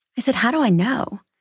i said, how do i know?